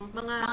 mga